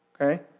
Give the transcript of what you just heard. Okay